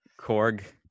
Korg